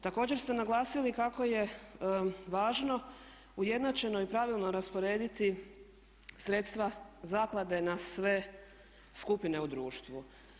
Također ste naglasili kako je važno u jednačeno i pravilno rasporediti sredstva zaklade na skupine u društvu.